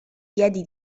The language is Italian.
piedi